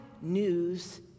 news